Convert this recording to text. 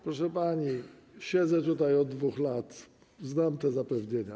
Proszę pani, siedzę tutaj od 2 lat, znam te zapewnienia.